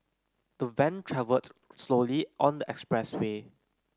the Van travelled slowly on the expressway